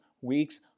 weeks